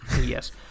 Yes